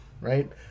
right